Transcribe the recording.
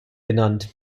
benannt